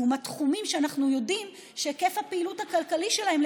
לעומת תחומים שאנחנו יודעים שהיקף הפעילות הכלכלית שלהם,